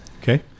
Okay